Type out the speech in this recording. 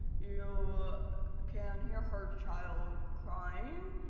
you can hear her child crying.